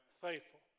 faithful